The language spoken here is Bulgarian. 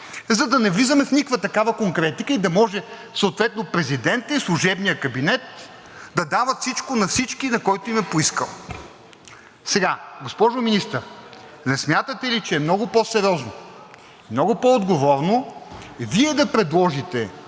за да не влизаме в никаква такава конкретика и да може съответно президентът и служебният кабинет да дават всичко на всички, на който им е поискал. Госпожо Министър, не смятате ли, че е много по-сериозно, много по-отговорно Вие да предложите